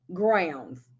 grounds